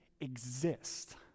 exist